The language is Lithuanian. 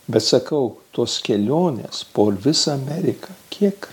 bet sakau tos kelionės po visą ameriką kiek